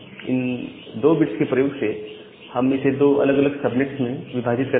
इन 2 bits के प्रयोग से हम इसे दो अलग अलग सबनेट्स में विभाजित करते हैं